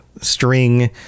string